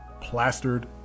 plastered